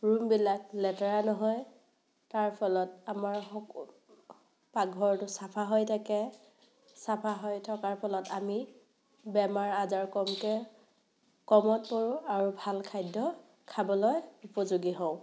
ৰুমবিলাক লেতেৰা নহয় তাৰ ফলত আমাৰ সকলো পাকঘৰটো চাফা হৈ থাকে চাফা হৈ থকাৰ ফলত আমি বেমাৰ আজাৰ কমকৈ কমত পৰোঁ আৰু ভাল খাদ্য খাবলৈ উপযোগী হওঁ